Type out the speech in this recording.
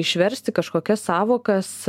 išversti kažkokias sąvokas